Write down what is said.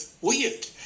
weird